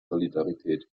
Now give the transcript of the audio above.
solidarität